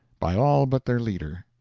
by all but their leader.